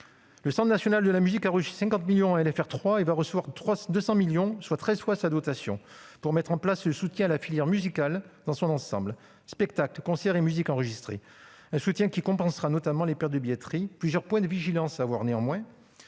Le Centre national de la musique a reçu 50 millions d'euros en LFR 3 et va recevoir 200 millions d'euros, soit treize fois sa dotation, pour mettre en place le soutien à la filière musicale dans son ensemble- spectacles, concerts et musique enregistrée. Ce soutien compensera notamment les pertes de billetterie. Plusieurs points de vigilance sont toutefois